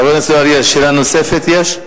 חבר הכנסת אורי אריאל, שאלה נוספת יש?